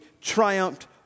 triumphed